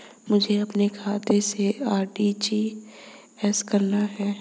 मुझे अपने खाते से आर.टी.जी.एस करना?